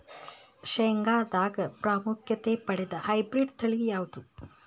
ಶೇಂಗಾದಾಗ ಪ್ರಾಮುಖ್ಯತೆ ಪಡೆದ ಹೈಬ್ರಿಡ್ ತಳಿ ಯಾವುದು?